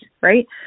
right